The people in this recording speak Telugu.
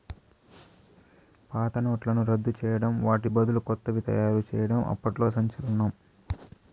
పాత నోట్లను రద్దు చేయడం వాటి బదులు కొత్తవి తయారు చేయడం అప్పట్లో సంచలనం